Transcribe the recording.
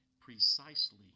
Precisely